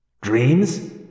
Dreams